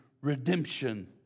redemption